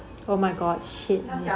oh my god shit